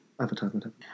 advertisement